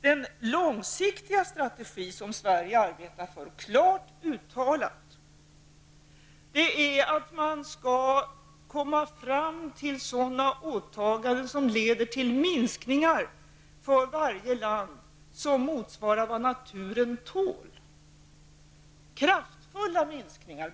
Den långsiktiga strategi som Sverige klart uttalat arbetar för är att man skall komma fram till sådana åtaganden som leder till minskningar för varje land till vad som motsvarar vad naturen tål, dvs. kraftfulla minskningar.